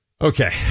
Okay